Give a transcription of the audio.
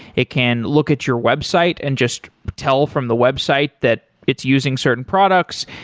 it can look at your website and just tell from the website that it's using certain products.